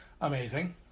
Amazing